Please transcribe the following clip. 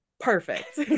Perfect